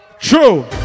True